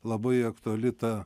labai aktuali ta